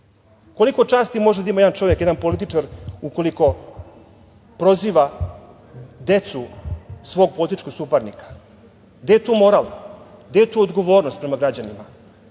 časti može da ima jedan čovek, jedan političar ukoliko proziva decu svog političkog suparnika? Gde je tu moral? Gde je tu odgovornost prema građanima?